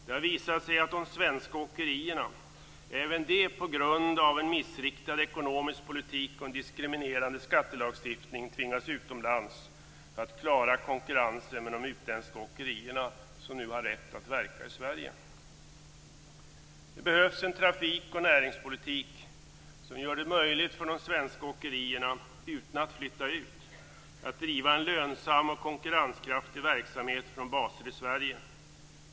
Det har visat sig att de svenska åkerierna - även det på grund av en missriktad ekonomisk politik och en diskriminerande skattelagstiftning - tvingas utomlands för att klara konkurrensen med de utländska åkerierna, som nu har rätt att verka i Sverige. Det behövs en trafik och näringspolitik, som gör det möjligt för svenska åkerier - utan att flytta ut - att driva en lönsam och konkurrenskraftig verksamhet från baser i Sverige.